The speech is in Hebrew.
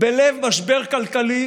בלב משבר כלכלי,